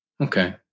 Okay